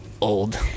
old